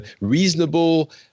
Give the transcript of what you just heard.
reasonable